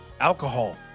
Alcohol